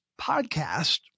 podcast